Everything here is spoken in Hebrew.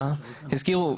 הזכירו,